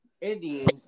Indians